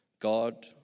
God